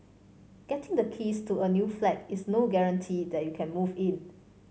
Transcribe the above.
getting the keys to a new flat is no guarantee that you can move in